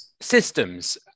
Systems